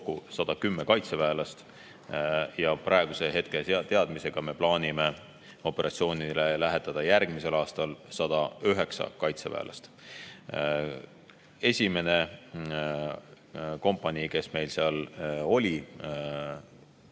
110 kaitseväelast. Praeguse teadmise kohaselt me plaanime operatsioonile lähetada järgmisel aastal 109 kaitseväelast. Esimene kompanii, kes meil seal